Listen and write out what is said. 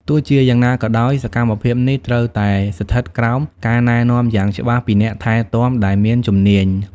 ទោះជាយ៉ាងណាក៏ដោយ សកម្មភាពនេះត្រូវតែស្ថិតក្រោម ការណែនាំយ៉ាងច្បាស់ពីអ្នកថែទាំដែលមានជំនាញ។